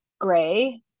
gray